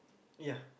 ya